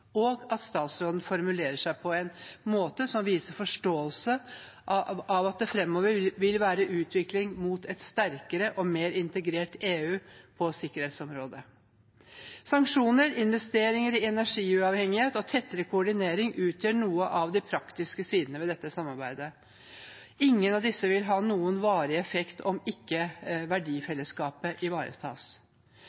og at statsråden formulerer seg på en måte som viser forståelse av at det framover vil være utvikling mot et sterkere og mer integrert EU på sikkerhetsområdet. Sanksjoner, investeringer i energiuavhengighet og tettere koordinering utgjør noen av de praktiske sidene ved dette samarbeidet. Ingen av disse vil ha noen varig effekt om ikke